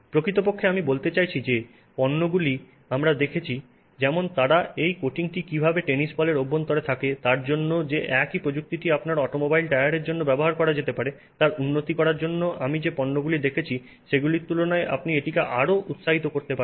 প্রকৃতপক্ষে আমি বলতে চাইছি যে পণ্যগুলি আমরা দেখেছি যেমন তারা এই কোটিংটি কীভাবে টেনিস বলের অভ্যন্তরে থাকে তার জন্য যে একই প্রযুক্তিটি আপনার অটোমোবাইল টায়ারের জন্য ব্যবহার করা যেতে পারে তার উন্নতি করার জন্য আমি যে পণ্যগুলি দেখেছি সেগুলির তুলনায় আপনি এটিকে আরও উৎসাহিত করতে পারেন